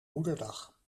moederdag